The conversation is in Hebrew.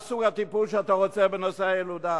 מה סוג הטיפול שאתה רוצה בנושא הילודה?